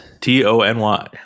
T-O-N-Y